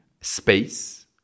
space